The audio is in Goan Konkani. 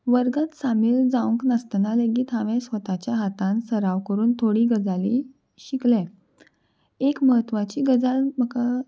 वर्गत सामील जावंक नासतना लेगीत हांवें स्वताच्या हातान सराव करून थोडी गजाली शिकलें एक म्हत्वाची गजाल म्हाका